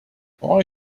why